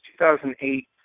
2008